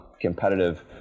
competitive